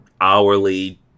hourly